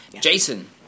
Jason